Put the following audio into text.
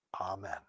Amen